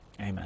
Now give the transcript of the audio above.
amen